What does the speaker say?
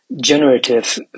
generative